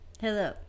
Hello